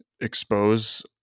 expose